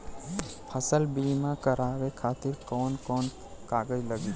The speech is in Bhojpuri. फसल बीमा करावे खातिर कवन कवन कागज लगी?